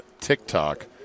TikTok